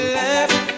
left